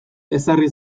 ezarri